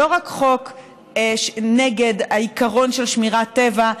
לא רק חוק נגד העיקרון של שמירת טבע,